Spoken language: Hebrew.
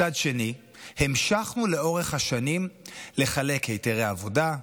מצד שני המשכנו לאורך השנים לחלק היתרי עבודה,